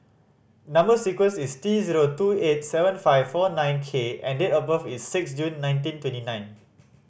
number sequence is T zero two eight seven five four nine K and date of birth is six June nineteen twenty nine